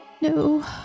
No